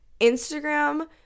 Instagram